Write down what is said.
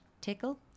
Tickle